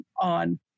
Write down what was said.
on